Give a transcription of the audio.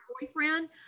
Boyfriend